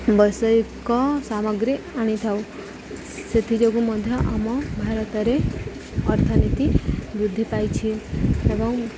ବୈଷୟିକ ସାମଗ୍ରୀ ଆଣିଥାଉ ସେଥିଯୋଗୁଁ ମଧ୍ୟ ଆମ ଭାରତରେ ଅର୍ଥନୀତି ବୃଦ୍ଧି ପାଇଛି ଏବଂ